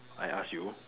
I ask you